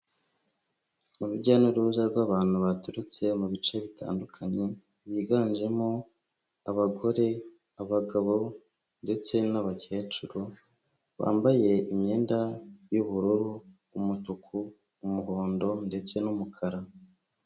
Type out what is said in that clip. Urujya n'uruza rw'abantu baturutse mu bice bitandukanye, biganjemo abagore, abagabo ndetse n'abakecuru, bambaye imyenda y'ubururu, umutuku, umuhondo ndetse n'umukara.